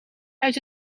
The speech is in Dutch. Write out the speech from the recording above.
uit